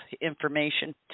information